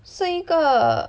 是一个